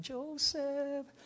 Joseph